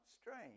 strange